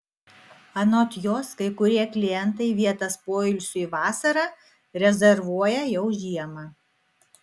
anot jos kai kurie klientai vietas poilsiui vasarą rezervuoja jau žiemą